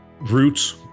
roots